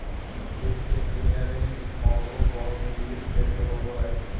वित्तीय इंजीनियरिंग एगो बहुविषयी क्षेत्र होबो हइ